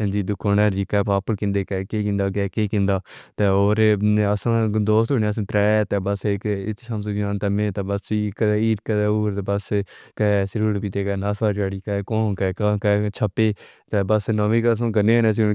انجی دکھاؤں نے بھی ہمارے کہن دے کے کہن دا کہ کہن دا کہ اور اصولوں سے ترے تے بس ایک شام میں بس عید کراو بس کہ سیرول پیتے ہوئے ناسار جاری ہے کو کہ کہ چھپی ہوئی ہے بس نہ ہی گزروں گا